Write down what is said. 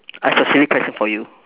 I've a silly question for you